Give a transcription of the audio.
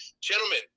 gentlemen